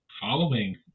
following